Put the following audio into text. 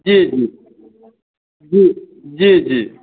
जी जी जी जी जी